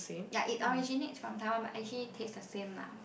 ya it originates from Taiwan but actually taste the same lah